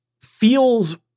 feels